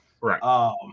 Right